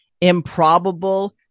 improbable